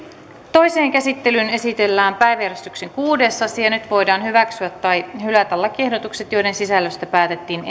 toiseen käsittelyyn esitellään päiväjärjestyksen kuudes asia nyt voidaan hyväksyä tai hylätä lakiehdotukset joiden sisällöstä päätettiin